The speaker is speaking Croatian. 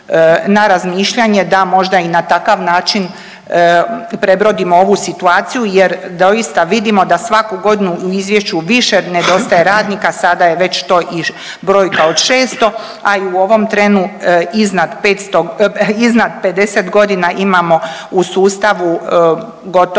na razmišljanje da možda i na takav način prebrodimo ovu situaciju, jer doista vidimo da svaku godinu u izvješću više nedostaje radnika. Sada je već to i brojka od 600, a i u ovom trenu iznad 50 godina imamo u sustavu gotovo